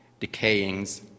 decayings